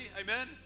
amen